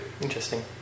Interesting